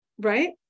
right